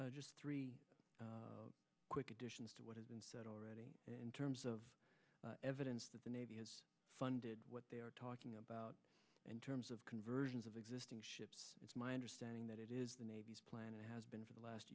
or three quick additions to what isn't already in terms of evidence that the navy has funded what they are talking about in terms of conversions of existing ships it's my understanding that it is the navy's plan it has been for the last